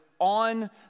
on